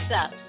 up